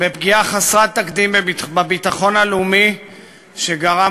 בפגיעה חסרת תקדים בביטחון הלאומי שגרם